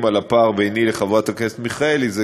המפריד בין התא